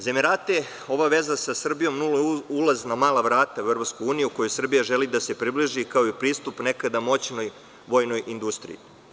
Za Emirate ova veza sa Srbijom je ulaz na mala vrata u EU kojoj Srbija želi da se približi, kao i pristup nekada moćnoj vojnoj industriji.